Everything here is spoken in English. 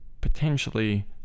potentially